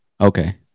Okay